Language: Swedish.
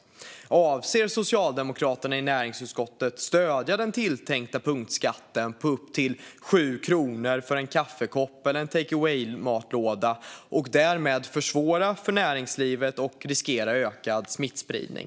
Avser Socialdemokraterna i näringsutskottet att stödja den tilltänkta punktskatten på upp till 7 kronor på en kaffekopp eller en take away-matlåda och därmed försvåra för näringslivet och riskera ökad smittspridning?